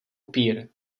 upír